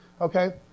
okay